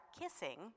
kissing